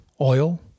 oil